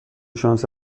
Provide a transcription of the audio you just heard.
شانس